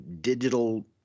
digital